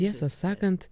tiesą sakant